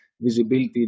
visibility